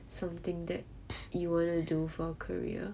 something that you wanna do for career